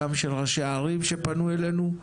גם של ראשי הערים שפנו אלינו,